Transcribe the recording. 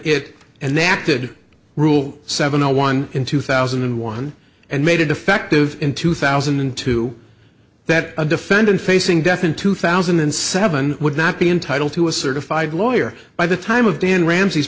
it and they acted rule seven zero one in two thousand and one and made it defective in two thousand and two that a defendant facing death in two thousand and seven would not be entitled to a certified lawyer by the time of day in ramse